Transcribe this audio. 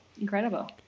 incredible